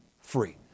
free